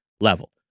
level